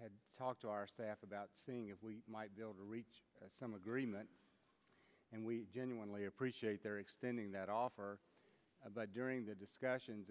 had talked to our staff about seeing if we might be able to reach some agreement and we genuinely appreciate their extending that offer but during the discussions